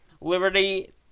Liberty